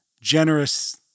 generous